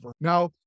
now